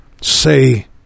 say